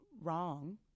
wrong